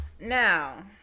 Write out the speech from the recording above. Now